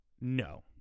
No